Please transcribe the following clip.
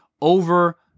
over